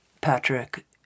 Patrick